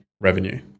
revenue